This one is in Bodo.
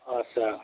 आदसा